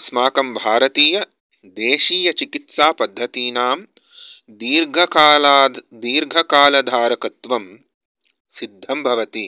अस्माकं भारतीयदेशीयचिकित्सापद्धतीनां दीर्घकालाद् दीर्घकालधारकत्वं सिद्धं भवति